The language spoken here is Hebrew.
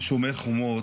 שומר חומות,